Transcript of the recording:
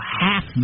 half